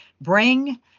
bring